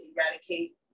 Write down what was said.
eradicate